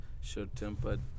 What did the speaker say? short-tempered